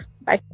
Bye